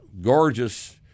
gorgeous